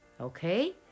Okay